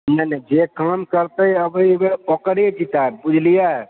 नहि नहि जे काम करतै एहिबेर ओकरे जिताएब बुझलियै